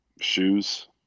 shoes